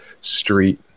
street